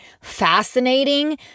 fascinating